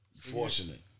fortunate